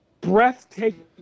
breathtaking